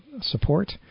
support